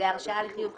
זה הרשאה לחיוב חשבון.